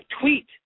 tweet